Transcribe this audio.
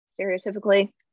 stereotypically